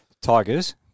Tigers